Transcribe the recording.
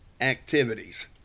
activities